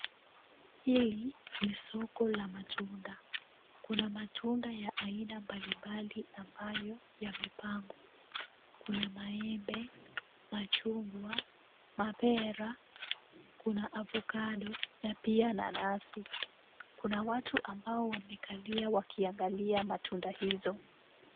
Hili ni soko la matunda. Kuna matunda ya aina mbalimbali ambayo yamepangwa. Kuna maembe, machungwa, mapera, kuna avocado na pia nanasi. Kuna watu ambao wamekalia wakiangalia matunda hayo.